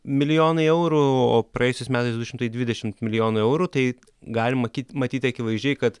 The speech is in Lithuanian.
milijonai eurų o praėjusiais metais du šimtai dvidešimt milijonų eurų tai galima matyti akivaizdžiai kad